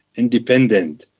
independent,